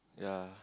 ya